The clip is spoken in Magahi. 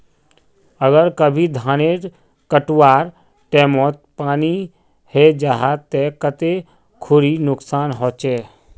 अगर कभी धानेर कटवार टैमोत पानी है जहा ते कते खुरी नुकसान होचए?